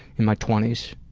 in my twenties,